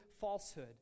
falsehood